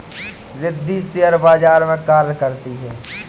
Riddhi share बाजार में कार्य करती है